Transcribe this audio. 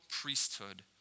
priesthood